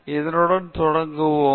எனவே இதனுடன் தொடங்குவோம்